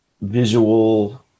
visual